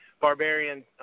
Barbarian